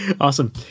Awesome